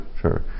Sure